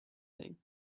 thing